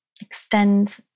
extend